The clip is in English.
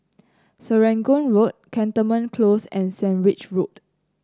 Serangoon Road Cantonment Close and Sandwich Road